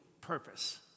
purpose